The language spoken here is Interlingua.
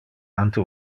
ante